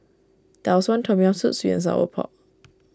Tau Suan Tom Yam Soup Sweet and Sour Pork